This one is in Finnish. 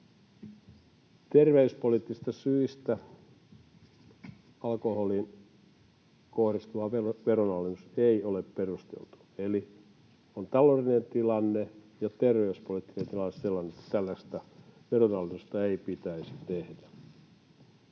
Terveyspoliittisista syistä alkoholiin kohdistuva veronalennus ei ole perusteltu, eli taloudellinen tilanne ja terveyspoliittinen tilanne on sellainen, että tällaista veronalennusta ei pitäisi tehdä.